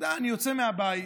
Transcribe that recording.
אני יוצא מהבית,